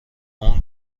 اون